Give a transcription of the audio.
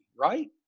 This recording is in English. right